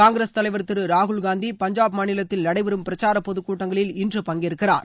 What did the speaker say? காங்கிரஸ் தலைவர் திரு ராகுல் காந்தி பஞ்சாப் மாநிலத்தில் நடைபெறும் பிரச்சார பொது கூட்டங்களில் இன்று பங்கேற்கிறார்